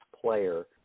player